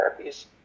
therapies